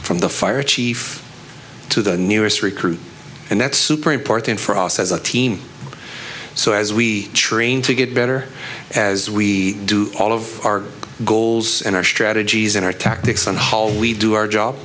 from the fire chief to the nearest recruit and that's super important for all as a team so as we train to get better as we do all of our goals and our strategies and our tactics on hall we do our job